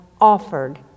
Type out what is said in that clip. offered